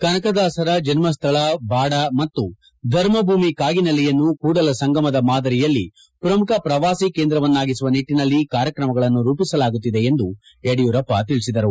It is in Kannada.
ಕನಕದಾಸರ ಜನ್ಮ ಸ್ಥಳ ಬಾಡಾ ಮತ್ತು ಧರ್ಮಭೂಮಿ ಕಾಗಿನೆಲೆಯನ್ನು ಕೂಡಲಸಂಗಮದ ಮಾದರಿಯಲ್ಲಿ ಪ್ರಮುಖ ಪ್ರವಾಸಿ ಕೇಂದ್ರವಾಗಿಸುವ ನಿಟ್ಟನಲ್ಲಿ ಕಾರ್ಯತ್ರಮಗಳನ್ನು ರೂಪಿಸಲಾಗುತ್ತಿದೆ ಎಂದು ಯಡಿಯೂರಪ್ಪ ತಿಳಿಸಿದರು